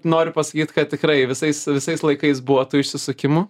noriu pasakyt kad tikrai visais visais laikais buvo tų išsisukimų